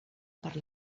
per